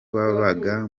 babaga